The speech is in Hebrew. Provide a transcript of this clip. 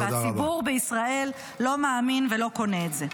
והציבור בישראל לא מאמין ולא קונה את זה.